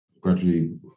gradually